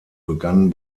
begann